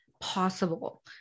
possible